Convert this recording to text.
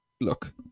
Look